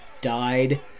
died